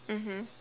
mmhmm